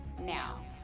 now